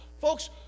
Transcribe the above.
Folks